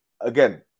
again